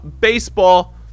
baseball